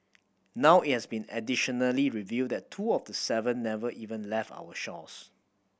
now it's been additionally revealed that two of the seven never even left our shores